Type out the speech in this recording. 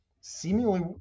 seemingly